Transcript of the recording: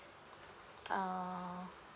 um